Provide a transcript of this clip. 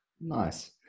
Nice